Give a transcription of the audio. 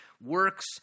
works